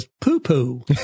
poo-poo